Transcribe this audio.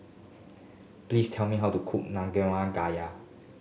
please tell me how to cook